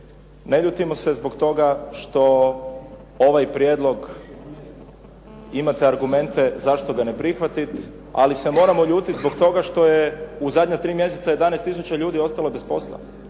Ne ljutimo se zbog toga što ovaj prijedlog imate argumente zašto ga ne prihvatiti, ali se moramo ljutiti zbog toga što je u zadnja tri mjeseca 11 tisuća ljudi ostalo zbog posla.